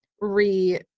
re